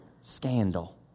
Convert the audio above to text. Scandal